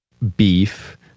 Beef